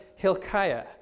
Hilkiah